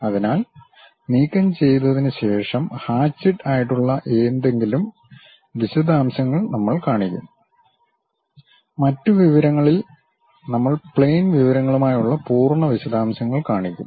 അതിനാൽ നീക്കം ചെയ്തതിനുശേഷം ഹാചിഡ് ആയിട്ടുള്ള ഏതെങ്കിലും വിശദാംശങ്ങൾ നമ്മൾ കാണിക്കും മറ്റ് വിവരങ്ങളിൽ നമ്മൾ പ്ളെയിൻ വിവരങ്ങളുമായുള്ള പൂർണ്ണ വിശദാംശങ്ങൾ കാണിക്കും